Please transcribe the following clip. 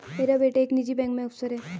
मेरा बेटा एक निजी बैंक में अफसर है